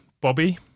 Bobby